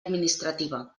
administrativa